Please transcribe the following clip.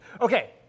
Okay